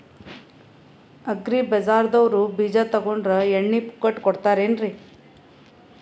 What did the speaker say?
Agri ಬಜಾರದವ್ರು ಬೀಜ ತೊಗೊಂಡ್ರ ಎಣ್ಣಿ ಪುಕ್ಕಟ ಕೋಡತಾರೆನ್ರಿ?